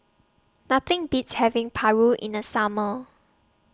Nothing Beats having Paru in The Summer